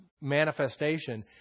manifestation